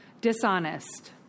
Dishonest